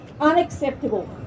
unacceptable